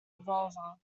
revolver